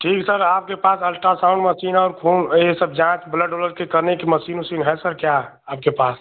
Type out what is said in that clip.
ठीक सर आपके पास अल्ट्रासाउन्ड मसीन और खून यह सब जाँच ब्लड ओलड के करने की मसीन ओसीन है सर क्या आपके पास